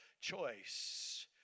choice